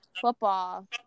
football